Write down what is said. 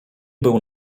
był